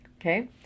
Okay